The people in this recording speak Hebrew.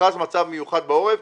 הוכרז מצב מיוחד בעורף,